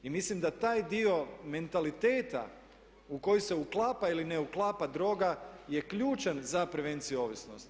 I mislim da taj dio mentaliteta u koji se uklapa ili ne uklapa droga je ključan za prevenciju ovisnosti.